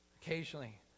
Occasionally